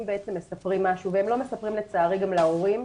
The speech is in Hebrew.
בעצם מספרים משהו והם לא מספרים לצערי גם להורים.